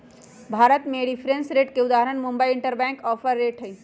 भारत में reference rate के उदाहरण मुंबई इंटरबैंक ऑफर रेट हइ